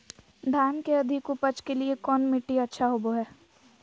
धान के अधिक उपज के लिऐ कौन मट्टी अच्छा होबो है?